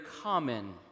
common